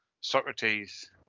Socrates